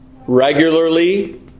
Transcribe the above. regularly